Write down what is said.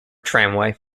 tramway